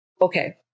okay